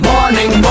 Morning